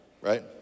right